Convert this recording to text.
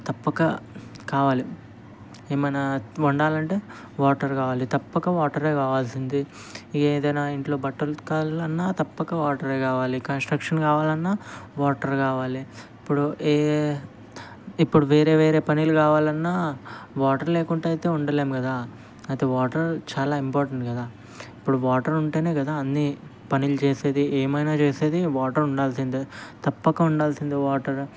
తప్పక కావాలి ఏమైనా వండాలంటే వాటర్ కావాలి తప్పక వాటరే కావాల్సింది ఏదైనా ఇంట్లో బట్టలు ఉతకాలి అన్న తప్పక వాటరే కావాలి కన్స్ట్రక్షన్ కావాలన్నా వాటర్ కావాలి ఇప్పుడు ఏ ఇప్పుడు వేరే వేరే పనులు కావాలన్నా వాటర్ లేకుంటే అయితే ఉండలేము కదా అది వాటర్ చాలా ఇంపార్టెంట్ కదా ఇప్పుడు వాటర్ ఉంటేనే కదా అన్ని పనులు చేసేది ఏమైనా చేసేది వాటర్ ఉండాల్సిందే తప్పక ఉండాల్సిందే వాటర్